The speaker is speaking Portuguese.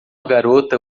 garota